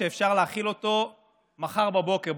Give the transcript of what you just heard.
שאפשר להחיל אותו מחר בבוקר,